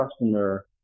customer